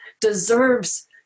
deserves